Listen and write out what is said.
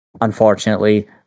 unfortunately